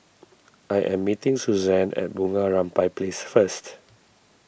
I am meeting Suzann at Bunga Rampai Place first